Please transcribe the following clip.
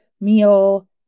meal